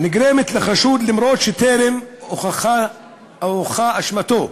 נגרמת לחשוד אף שטרם הוכחה אשמתו,